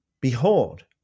Behold